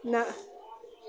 نہ